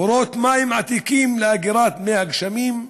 בורות מים עתיקים לאגירת מי גשמים,